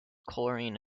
chlorine